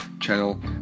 channel